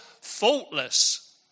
faultless